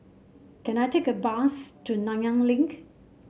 can I take a bus to Nanyang Link